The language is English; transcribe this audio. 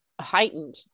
heightened